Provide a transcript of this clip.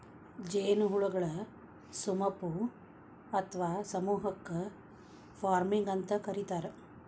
ಜೇನುಹುಳಗಳ ಸುಮಪು ಅತ್ವಾ ಸಮೂಹಕ್ಕ ಸ್ವಾರ್ಮಿಂಗ್ ಅಂತ ಕರೇತಾರ